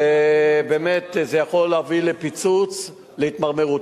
ובאמת זה יכול להביא לפיצוץ, להתמרמרות.